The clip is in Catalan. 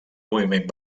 moviment